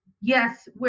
yes